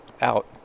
out